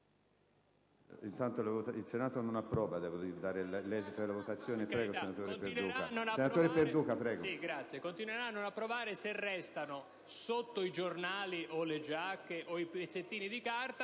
a non approvare se restano sotto i giornali, o le giacche, o pezzettini di carta,